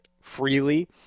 freely